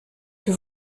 que